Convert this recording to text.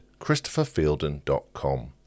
christopherfielden.com